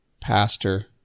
pastor